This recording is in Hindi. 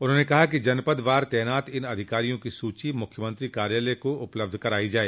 उन्होंने कहा कि जनपदवार तैनात इन अधिकारियों की सूची मुख्यमंत्री कार्यालय को उपलब्ध कराई जाए